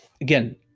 again